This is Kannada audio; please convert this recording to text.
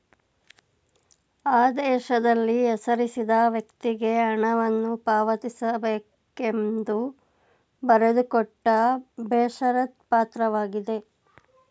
ಆದೇಶದಲ್ಲಿ ಹೆಸರಿಸಿದ ವ್ಯಕ್ತಿಗೆ ಹಣವನ್ನು ಪಾವತಿಸಬೇಕೆಂದು ಬರೆದುಕೊಟ್ಟ ಬೇಷರತ್ ಪತ್ರವಾಗಿದೆ